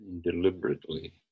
Deliberately